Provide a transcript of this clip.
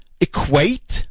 equate